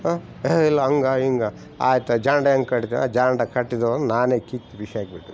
ಹಾಂ ಹೇ ಇಲ್ಲ ಹಂಗೆ ಹಿಂಗೆ ಆಯಿತ ಜಾಂಡ ಹೆಂಗೆ ಕಟ್ತೀಯಾ ಜಾಂಡ ಕಟ್ಟಿದುವಾಂಗೆ ನಾನೇ ಕಿತ್ತು ಬಿಸಾಕಿ ಬಿಟ್ಟಿದ್ದೆ